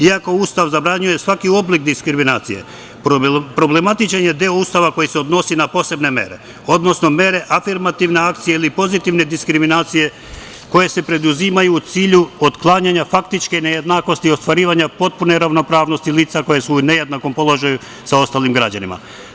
Iako Ustav zabranjuje svaki oblik diskriminacije, problematičan je deo Ustava koji se odnosi na posebne mere, odnosno mere afirmativne akcije ili pozitivne diskriminacije koje se preduzimaju u cilju otklanjanja faktičke nejednakosti i ostvarivanja potpune ravnopravnosti lica koja su u nejednakom položaju sa ostalim građanima.